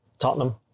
Tottenham